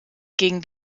gegen